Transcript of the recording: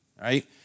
Right